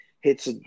hits